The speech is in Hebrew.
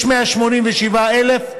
יש 187,000,